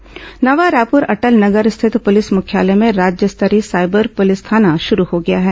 cyber थाना नवा रायपुर अटल नगर स्थित police मुख्यालय में राज्य स्तरीय साइबर पुलिस थाना शुरू हो गया है